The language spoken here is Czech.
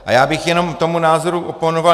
A já bych jenom tomu názoru oponoval.